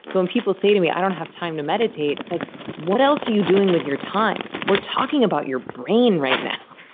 so when people say to me, i don't have time to meditate, it's like what else are you doing with your time? we're talking about your brain right now